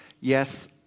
Yes